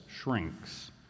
shrinks